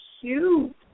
cute